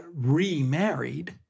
remarried